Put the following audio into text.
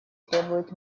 требует